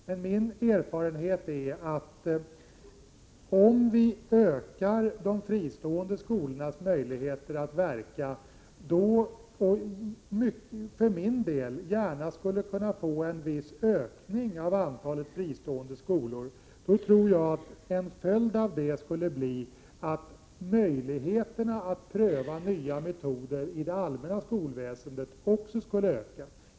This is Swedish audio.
Men min erfarenhet är att om vi ökar de fristående skolornas möjligheter att verka — och vi skulle för min del gärna kunna få en viss ökning av antalet fristående skolor — skulle en följd av det bli att möjligheterna att pröva nya metoder i det allmänna skolväsendet också skulle öka.